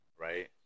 Right